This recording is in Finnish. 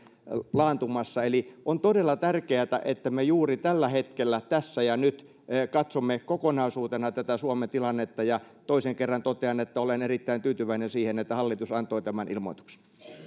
laantumassa eli on todella tärkeätä että me juuri tällä hetkellä tässä ja nyt katsomme kokonaisuutena tätä suomen tilannetta ja toisen kerran totean että olen erittäin tyytyväinen siihen että hallitus antoi tämän ilmoituksen